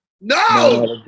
No